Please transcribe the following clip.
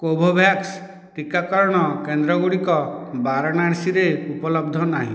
Covovax ଟିକାକରଣ କେନ୍ଦ୍ରଗୁଡ଼ିକ ବାରାଣାସୀରେ ଉପଲବ୍ଧ ନାହିଁ